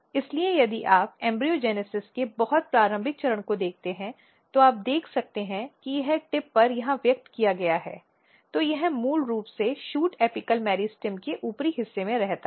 इसलिए यदि आप भ्रूणजनन के बहुत प्रारंभिक चरण को देखते हैं तो आप देख सकते हैं कि यह टिप पर यहां व्यक्त किया गया है तो यह मूल रूप से शूट एपिकल मेरिस्टेम के ऊपरी हिस्से में रहता है